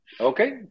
Okay